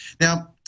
Now